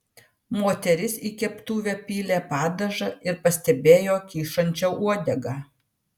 moteris į keptuvę pylė padažą ir pastebėjo kyšančią uodegą